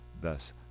thus